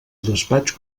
despatx